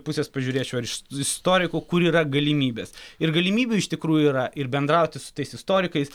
pusės pažiūrėčiau ar iš istoriko kur yra galimybės ir galimybių iš tikrųjų yra ir bendrauti su tais istorikais